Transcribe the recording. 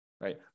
right